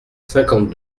cinquante